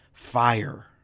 fire